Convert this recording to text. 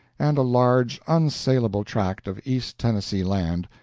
and a large, unsalable tract of east tennessee land,